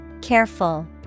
Careful